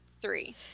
three